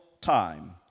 time